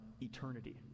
eternity